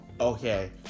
Okay